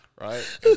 Right